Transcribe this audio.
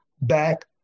back